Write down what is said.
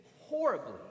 horribly